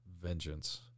Vengeance